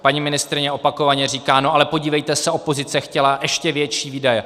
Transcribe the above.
Paní ministryně opakovaně říká no ale podívejte se, opozice chtěla ještě větší výdaje...